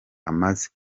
amaze